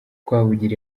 rwabugili